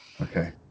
Okay